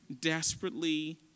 desperately